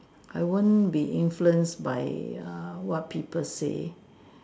I won't be influenced by err what people say